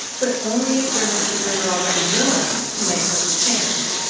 but only if german speakers are already willing to make such a change.